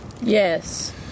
Yes